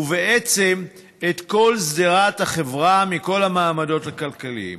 ובעצם את כל שדרת החברה מכל המעמדות הכלכליים.